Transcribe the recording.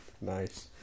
nice